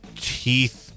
teeth